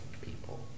people